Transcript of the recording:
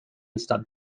stop